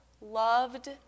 loved